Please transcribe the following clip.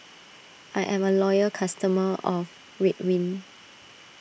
I am a loyal customer of Ridwind